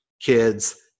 kids